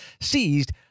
seized